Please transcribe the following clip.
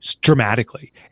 dramatically